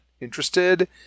interested